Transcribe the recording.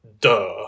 duh